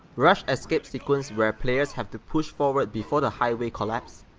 rush escape sequence where players have to push forward before the highway collapse,